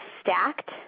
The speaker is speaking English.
stacked